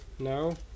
No